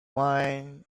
wine